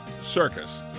circus